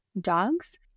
dogs